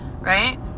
right